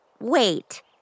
wait